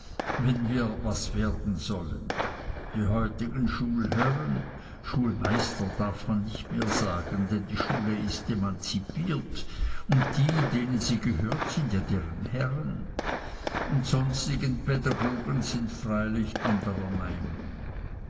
wenn wir was werden sollen die heutigen schulherren schulmeister darf man nicht mehr sagen denn die schule ist emanzipiert und die denen sie gehört sind ja deren herren und sonstigen pädagogen sind freilich anderer meinung